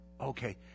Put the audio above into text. Okay